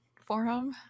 forum